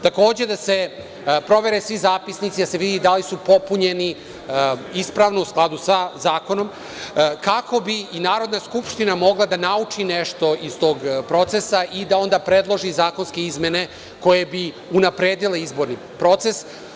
Takođe, da se provere svi zapisnici, da se vidi da li su popunjeni ispravno i u skladu sa zakonom, kako bi i Narodna skupština mogla da nauči nešto iz tog procesa i da onda predloži zakonske izmene koje bi unapredile izborni proces.